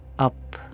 up